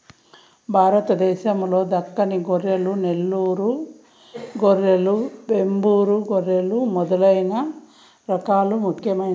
భారతదేశం లో దక్కని గొర్రెలు, నెల్లూరు గొర్రెలు, వెంబూరు గొర్రెలు మొదలైన రకాలు ముఖ్యమైనవి